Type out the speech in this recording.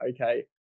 okay